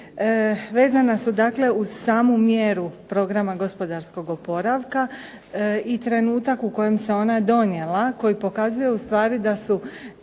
vezana su dakle uz samu mjeru programa gospodarskog oporavka i trenutak u kojem se ona donijela koji pokazuje u